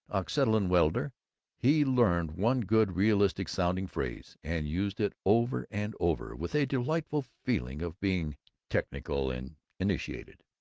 oxyacetylene welder he learned one good realistic-sounding phrase, and used it over and over, with a delightful feeling of being technical and initiated.